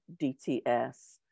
DTS